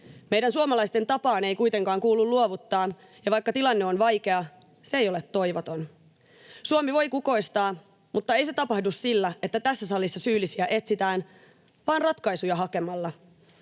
Meidän suomalaisten tapaan ei kuitenkaan kuulu luovuttaa, ja vaikka tilanne on vaikea, se ei ole toivoton. Suomi voi kukoistaa, mutta ei se tapahdu sillä, että tässä salissa syyllisiä etsitään, vaan ratkaisuja hakemalla.